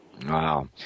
Wow